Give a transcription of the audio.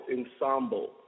Ensemble